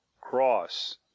cross